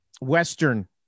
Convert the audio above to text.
Western